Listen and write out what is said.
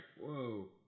Whoa